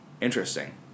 Interesting